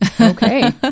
Okay